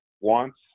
wants